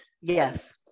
Yes